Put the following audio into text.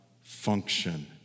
function